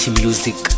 music